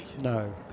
No